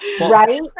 right